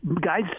Guys